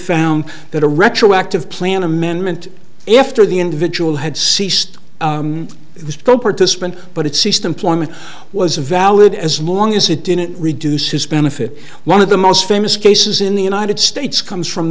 found that a retroactive plan amendment after the individual had ceased the scope participant but it ceased employment was valid as long as it didn't reduce his benefit one of the most famous cases in the united states comes from